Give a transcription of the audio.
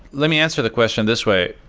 let me answer the question this way.